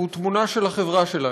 הוא תמונה של החברה שלנו.